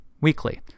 weekly